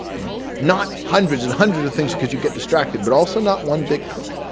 like not hundreds and hundreds of things because you get distracted but also not one big push.